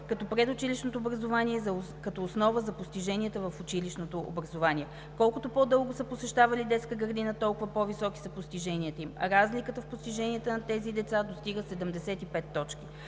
PISA, предучилищното образование като основа за постиженията в училищното образование. Колкото по-дълго са посещавали детска градина, толкова по-високи са постиженията им. Разликата в постиженията на тези деца достига 75 точки.